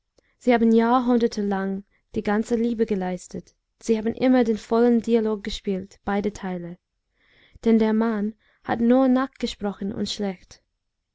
sie haben jahrhunderte lang die ganze liebe geleistet sie haben immer den vollen dialog gespielt beide teile denn der mann hat nur nachgesprochen und schlecht